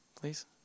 please